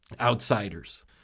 outsiders